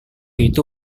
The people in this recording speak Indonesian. itu